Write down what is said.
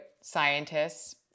scientists